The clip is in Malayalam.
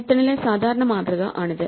പൈത്തണിലെ സാധാരണ മാതൃക ആണിത്